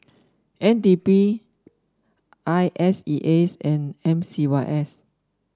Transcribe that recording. N D P I S E A S and M C Y S